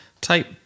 type